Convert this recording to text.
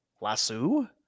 Lasso